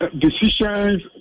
decisions